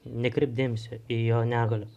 nekreipt dėmesio į jo negalias